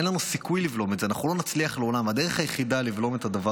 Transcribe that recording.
אין לנו סיכוי לבלום את זה.